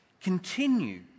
continue